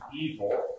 evil